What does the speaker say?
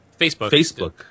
Facebook